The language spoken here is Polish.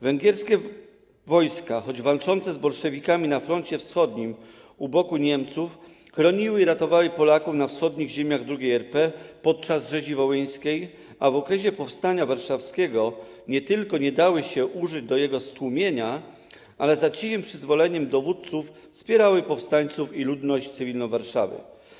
Węgierskie wojska, choć walczące z bolszewikami na froncie wschodnim u boku Niemców, chroniły i ratowały Polaków na wschodnich ziemiach II RP podczas rzezi wołyńskiej, a w okresie powstania warszawskiego nie tylko nie dały się użyć do jego stłumienia, ale za cichym przyzwoleniem dowódców wspierały powstańców i ludność cywilną Warszawy.